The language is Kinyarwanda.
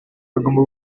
agomba